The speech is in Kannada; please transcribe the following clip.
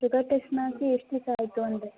ಶುಗರ್ ಟೆಸ್ಟ್ ಮಾಡಿಸಿ ಎಷ್ಟು ದಿವಸ ಆಯಿತು ಅಂದೆ